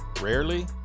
rarely